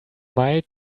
mild